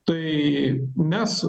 tai mes